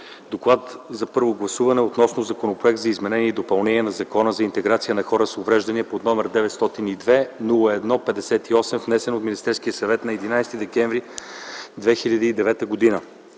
приеме на първо гласуване Законопроект за изменение и допълнение на Закона за интеграция на хората с увреждания № 902-01-58, внесен от Министерския съвет на 11 декември 2009 г.”